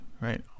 right